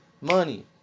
Money